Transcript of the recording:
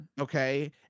Okay